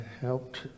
helped